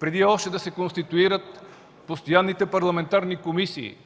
преди още да се конституират постоянните парламентарни комисии